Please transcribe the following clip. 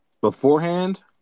Beforehand